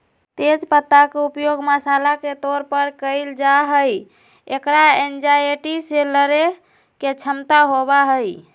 तेज पत्ता के उपयोग मसाला के तौर पर कइल जाहई, एकरा एंजायटी से लडड़े के क्षमता होबा हई